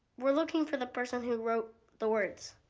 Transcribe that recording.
we're looking for the person who wrote the words.